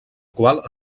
qual